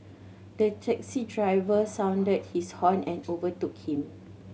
the taxi driver sounded his horn and overtook him